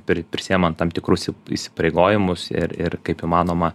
pri prisiimant tam tikrus įsipareigojimus ir ir kaip įmanoma